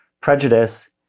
prejudice